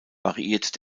variiert